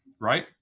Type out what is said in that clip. right